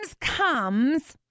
comes